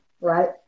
right